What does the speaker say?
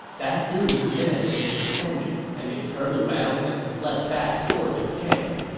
that threw his men into a panic, and they turned around and fled back toward their camp.